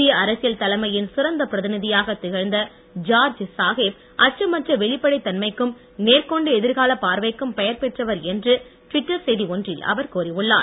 இந்திய அரசியல் தலைமையின் பிரதிநிதியாகத் திகழ்ந்த ஜார்ஜ் சாஹேப் அச்சமற்ற வெளிப்படைத் தன்மைக்கும் நேர்கொண்ட எதிர்காலப் பார்வைக்கும் பெயர்பெற்றவர் என்று ட்விட்டர் செய்தி ஒன்றில் அவர் கூறியுள்ளார்